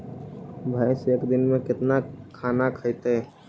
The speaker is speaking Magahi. भैंस एक दिन में केतना खाना खैतई?